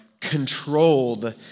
Controlled